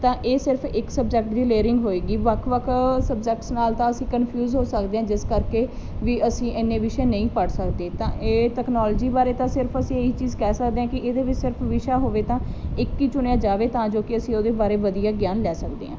ਤਾਂ ਇਹ ਸਿਰਫ ਇੱਕ ਸਬਜੈਕਟ ਦੀ ਲੇਅਰਿੰਗ ਹੋਏਗੀ ਵੱਖ ਵੱਖ ਸਬਜੈਕਟਸ ਨਾਲ ਤਾਂ ਅਸੀਂ ਕੰਫਿਊਜ ਹੋ ਸਕਦੇ ਜਿਸ ਕਰਕੇ ਵੀ ਅਸੀਂ ਇੰਨੇ ਵਿਸ਼ੇ ਨਹੀਂ ਪੜ੍ਹ ਸਕਦੇ ਤਾਂ ਇਹ ਤਕਨੋਲਜੀ ਬਾਰੇ ਤਾਂ ਸਿਰਫ ਅਸੀਂ ਇਹ ਹੀ ਚੀਜ਼ ਕਹਿ ਸਕਦੇ ਹਾਂ ਕਿ ਇਹਦੇ ਵਿੱਚ ਸਿਰਫ ਵਿਸ਼ਾ ਹੋਵੇ ਤਾਂ ਇੱਕ ਹੀ ਚੁਣਿਆ ਜਾਵੇ ਤਾਂ ਜੋ ਕਿ ਅਸੀਂ ਉਹਦੇ ਬਾਰੇ ਵਧੀਆ ਗਿਆਨ ਲੈ ਸਕਦੇ ਹਾਂ